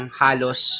halos